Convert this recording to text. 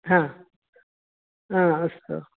हा हा अस्तु